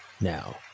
now